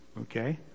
okay